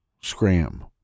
Scram